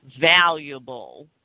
valuable